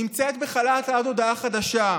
נמצאת בחל"ת עד להודעה חדשה.